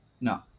No